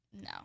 No